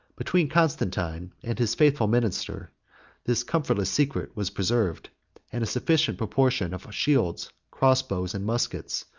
between constantine and his faithful minister this comfortless secret was preserved and a sufficient proportion of shields, cross-bows, and muskets,